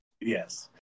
Yes